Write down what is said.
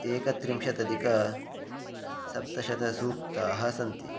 एकत्रिंशत् अधिकसप्तशतसूक्तानि सन्ति